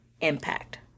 impact